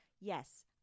Yes